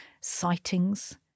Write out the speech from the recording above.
sightings